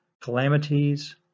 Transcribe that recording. calamities